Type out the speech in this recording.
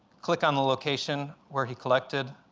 click on the location where he collected,